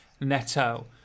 Neto